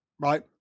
right